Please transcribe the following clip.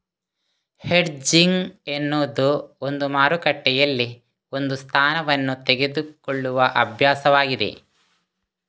hedging ಎನ್ನುವುದು ಒಂದು ಮಾರುಕಟ್ಟೆಯಲ್ಲಿ ಒಂದು ಸ್ಥಾನವನ್ನು ತೆಗೆದುಕೊಳ್ಳುವ ಅಭ್ಯಾಸವಾಗಿದೆ